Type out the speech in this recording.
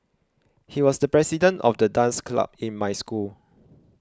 he was the president of the dance club in my school